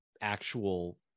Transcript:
actual